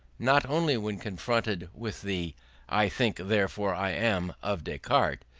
not only when confronted with the i think, therefore i am of descartes,